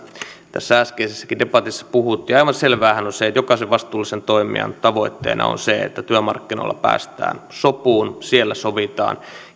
tästä äskeisessäkin debatissa puhuttiin aivan selväähän on se että jokaisen vastuullisen toimijan tavoitteena on se että työmarkkinoilla päästään sopuun siellä sovitaan